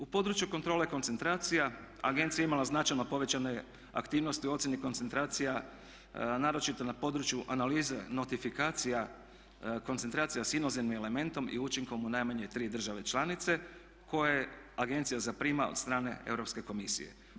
U području kontrole koncentracija agencija je imala značajno povećane aktivnosti u ocjeni koncentracija naročito na području analize nostrifikacija koncentracija s inozemnim elementom i učinkom u najmanje tri države članice koje agencija zaprima od strane Europske komisije.